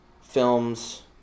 films